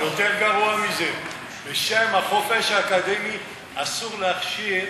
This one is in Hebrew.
יותר גרוע מזה, בשם החופש האקדמי אסור להכשיר